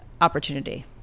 opportunity